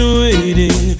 waiting